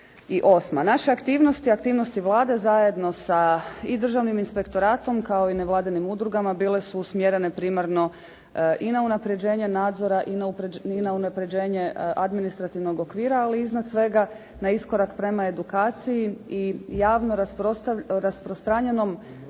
Naše aktivnosti, aktivnosti Vlade zajedno sa i Državnim inspektoratom kao i nevladinim udrugama bile su usmjerene primarno i na unapređenje nadzora i na unapređenje administrativnog okvira, ali iznad svega na iskorak prema edukaciji i javno rasprostranjenom